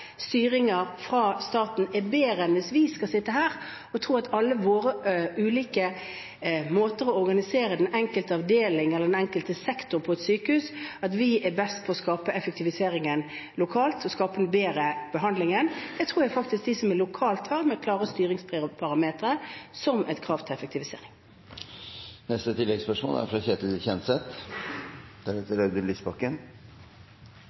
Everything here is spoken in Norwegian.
enkelte avdeling eller den enkelte sektor på et sykehus på, er best for å skape effektivisering lokalt og bedre behandling. Det tror jeg faktisk de som er lokalt, er, med klare styringsparametere som et krav til effektivisering. Ketil Kjenseth – til oppfølgingsspørsmål. For Venstre er